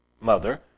mother